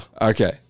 Okay